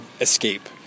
escape